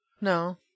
No